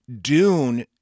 Dune